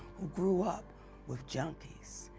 who grew up with junkies,